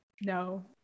No